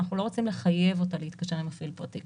אנחנו לא רוצים לחייב אותה להתקשר עם מפעיל פרטי.